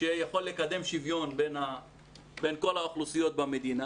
שיכול לקדם שוויון בין כל האוכלוסיות במדינה